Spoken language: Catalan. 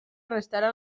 restarà